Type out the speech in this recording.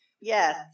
Yes